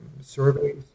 surveys